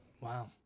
Wow